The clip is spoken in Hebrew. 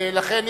לכן,